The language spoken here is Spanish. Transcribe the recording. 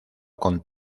con